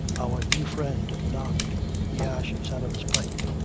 our new friend knocked the ashes out of his pipe.